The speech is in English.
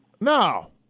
No